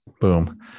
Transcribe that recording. boom